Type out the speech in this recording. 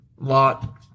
lot